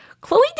Chloe